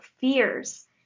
fears